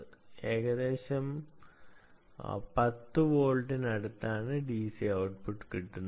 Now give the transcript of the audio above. നമുക്ക് ഏകദേശം 10 വോൾട്ടിനു അടുത്താണ് DC ഔട്ട്പുട്ട് കിട്ടുന്നത്